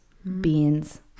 beans